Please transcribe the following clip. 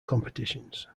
competitions